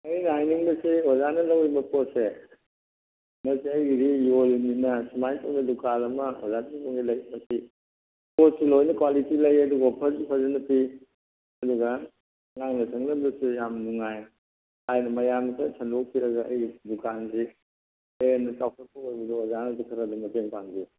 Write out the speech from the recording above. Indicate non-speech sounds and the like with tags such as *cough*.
ꯑꯗꯨ *unintelligible* ꯑꯣꯖꯥꯅ ꯂꯧꯔꯤꯕ ꯄꯣꯠꯁꯦ ꯃꯁꯤ ꯑꯩꯒꯤꯁꯨ ꯌꯣꯜꯂꯤꯅꯤꯅ ꯁꯨꯃꯥꯏ ꯇꯧꯅ ꯗꯨꯀꯥꯟ ꯑꯃ ꯑꯣꯖꯥꯁꯤꯡ ꯂꯩ ꯃꯁꯤ ꯄꯣꯠꯁꯨ ꯂꯣꯏꯅ ꯀ꯭ꯋꯥꯂꯤꯇꯤ ꯂꯩ ꯑꯗꯨꯒ ꯑꯣꯐꯔꯁꯨ ꯐꯖꯅ ꯄꯤ ꯑꯗꯨꯒ ꯉꯥꯡꯅ ꯁꯛꯅꯕꯁꯨ ꯌꯥꯝ ꯅꯨꯡꯉꯥꯏ ꯍꯥꯏꯅ ꯃꯌꯥꯝꯗ ꯁꯟꯗꯣꯛꯄꯤꯔꯒ ꯑꯩ ꯗꯨꯀꯥꯟꯁꯤ ꯍꯦꯟꯅ ꯆꯥꯎꯈꯠꯄ ꯑꯣꯏꯕꯗ ꯑꯣꯖꯥꯅꯁꯨ ꯈꯔ ꯑꯗꯨꯝ ꯃꯇꯦꯡ ꯄꯥꯡꯕꯤꯌꯨ